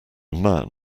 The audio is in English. man